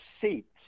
seats